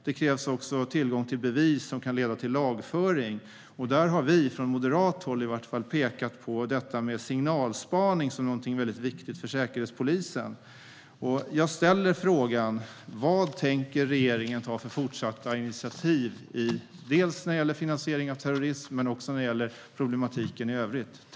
Det krävs också tillgång till bevis som kan leda till lagföring. Där har vi från moderat håll pekat på detta med signalspaning som något mycket viktigt för Säkerhetspolisen. Jag ställer frågan: Vad tänker regeringen ta för fortsatta initiativ dels när det gäller finansiering av terrorism, dels när det gäller problematiken i övrigt?